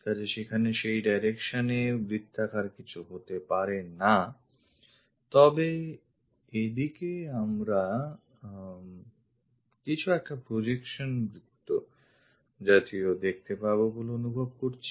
কাজেই সেখানে সেই direction এ বৃত্তাকার কিছু হতে পারে না তবে এদিকে আমরা কিছু একটা প্রজেকশন বৃত্ত জাতীয় দেখতে পাব বলে অনুভব করছি